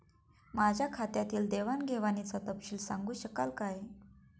माझ्या खात्यातील देवाणघेवाणीचा तपशील सांगू शकाल काय?